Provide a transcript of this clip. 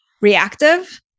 reactive